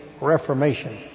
Reformation